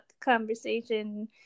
conversation